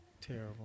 Terrible